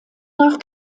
nach